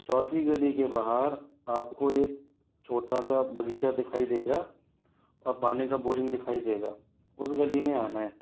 चौथी गली के बाहर आपको एक छोटा सा बगीचा दिखाई देगा और पानी का बोरिंग दिखाई देगा उस गली में ही आना है